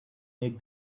make